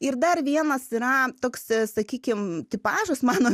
ir dar vienas yra toks sakykim tipažas mano